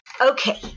Okay